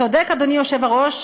צודק אדוני היושב-ראש,